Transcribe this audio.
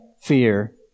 fear